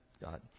God